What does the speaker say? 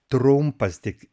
trumpas tik